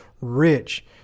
rich